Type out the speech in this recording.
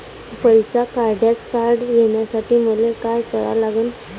पैसा काढ्याचं कार्ड घेण्यासाठी मले काय करा लागन?